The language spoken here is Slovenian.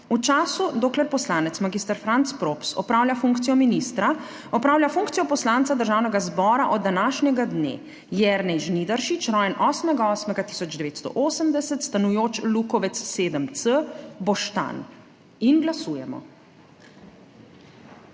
V času, dokler poslanec mag. Franc Props opravlja funkcijo ministra, opravlja funkcijo poslanca Državnega zbora od današnjega dne Jernej Žnidaršič, rojen 8. 8. 1980, stanujoč Lukovec 7c, Boštanj. Glasujemo.